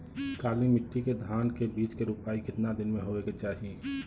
काली मिट्टी के धान के बिज के रूपाई कितना दिन मे होवे के चाही?